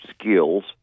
skills